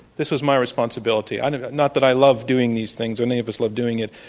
this was my responsibility. and not that i love doing these things or any of us love doing it,